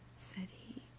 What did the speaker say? said he